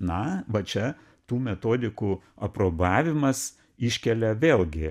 na va čia tų metodikų aprobavimas iškelia vėlgi